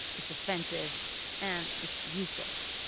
it's offensive and it's useless.